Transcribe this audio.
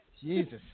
Jesus